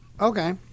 Okay